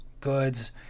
goods